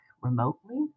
remotely